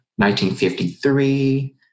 1953